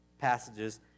passages